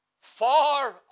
far